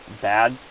bad